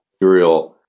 material